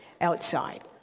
outside